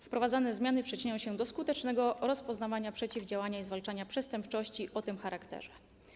Wprowadzane zmiany przyczynią się do skutecznego rozpoznawania, przeciwdziałania i zwalczania przestępczości o tym charakterze.